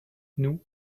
nous